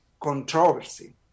controversy